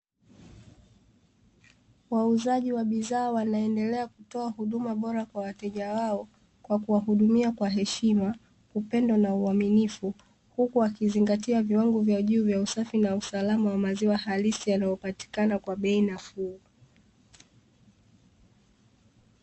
Wauuzaji wa bidhaa wanaendelea kutoa huduma bora kwa wateja wao, kwa kuwahudumia kwa heshima, upendo na uaminifu. Huku wakizingatia viwango vya juu vya usafi na usalama wa maziwa halisi yanayopatikana kwa bei nafuu.